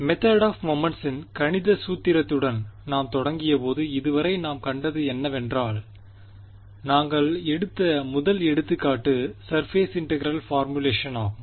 method of மொமெண்ட்ஸின் கணித சூத்திரத்துடன் நாம் தொடங்கியபோது இதுவரை நாம் கண்டது என்னவென்றால் நாங்கள் எடுத்த முதல் எடுத்துக்காட்டு சர்பேஸ் இன்டெகிரெல் பாரமுலேஷனாகும்